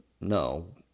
no